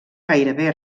gairebé